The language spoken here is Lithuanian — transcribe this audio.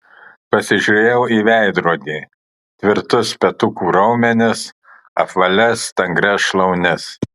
pasižiūrėjau į veidrodį tvirtus petukų raumenis apvalias stangrias šlaunis